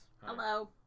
Hello